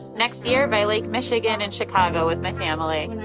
next year by lake michigan in chicago with my family.